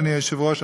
אדוני היושב-ראש,